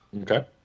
Okay